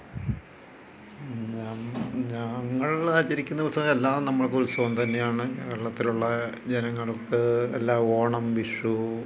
ഞ്ഞം ഞങ്ങൾ ആചരിക്കുന്ന ദിവസം എല്ലാ നമക്കുത്സവം തന്നെയാണ് കേരളത്തിലുള്ള ജനങ്ങൾക്ക് എല്ലാ ഓണം വിഷു